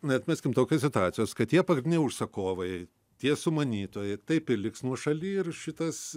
neatmeskim tokios situacijos kad tie pagrindiniai užsakovai tie sumanytojai taip ir liks nuošaly ir šitas